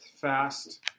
Fast